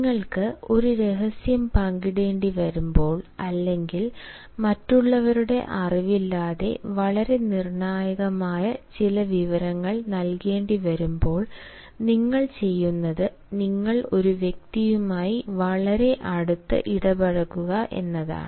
നിങ്ങൾക്ക് ഒരു രഹസ്യം പങ്കിടേണ്ടിവരുമ്പോൾ അല്ലെങ്കിൽ മറ്റുള്ളവരുടെ അറിവില്ലാതെ വളരെ നിർണ്ണായകമായ ചില വിവരങ്ങൾ നൽകേണ്ടിവരുമ്പോൾ നിങ്ങൾ ചെയ്യുന്നത് നിങ്ങൾ ഒരു വ്യക്തിയുമായി വളരെ അടുത്ത് ഇടപഴകുക എന്നതാണ്